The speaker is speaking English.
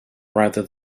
rather